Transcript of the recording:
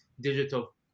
digital